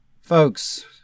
Folks